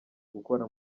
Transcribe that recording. gukora